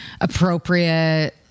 appropriate